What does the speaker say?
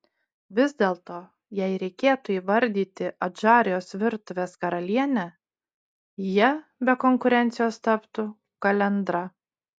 vis dėlto jei reikėtų įvardyti adžarijos virtuvės karalienę ja be konkurencijos taptų kalendra